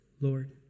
Lord